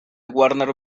warner